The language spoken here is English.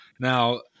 Now